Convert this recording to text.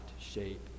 shape